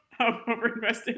Overinvested